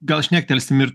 gal šnektelsim ir